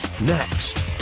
next